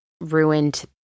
ruined